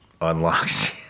unlocks